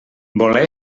voler